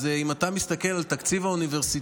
אז אם אתה מסתכל על תקציב האוניברסיטאות